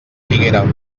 figuera